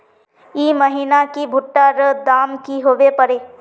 ई महीना की भुट्टा र दाम की होबे परे?